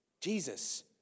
Jesus